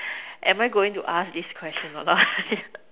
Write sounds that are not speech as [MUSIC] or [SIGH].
am I going to ask this question a not [LAUGHS]